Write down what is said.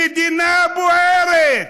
המדינה בוערת,